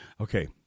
okay